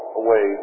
away